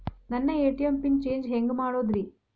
ನನ್ನ ATM pin change ಹೆಂಗ್ ಮಾಡೋದ್ರಿ?